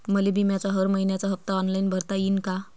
मले बिम्याचा हर मइन्याचा हप्ता ऑनलाईन भरता यीन का?